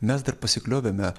mes dar pasikliovėme